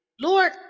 Lord